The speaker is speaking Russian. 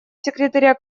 секретаря